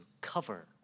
cover